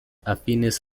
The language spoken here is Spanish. afines